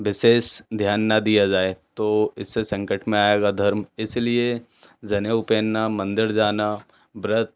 विशेष ध्यान ना दिया जाए तो इससे संकट में आएगा धर्म इसलिए ज़नेऊ पहनना मंदिर जाना व्रत